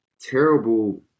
terrible